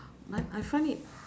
but I find it